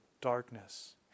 darkness